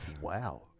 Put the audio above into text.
Wow